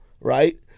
right